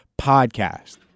podcast